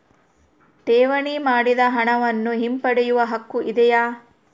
ಠೇವಣಿ ಮಾಡಿದ ಹಣವನ್ನು ಹಿಂಪಡೆಯವ ಹಕ್ಕು ಇದೆಯಾ?